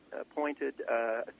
appointed